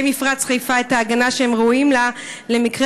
מפרץ חיפה את ההגנה שהם ראויים לה למקרה,